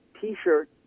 T-shirt